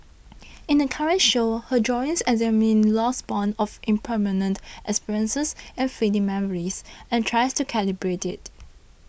in the current show her drawings examine loss borne of impermanent experiences and fleeting memories and tries to calibrate it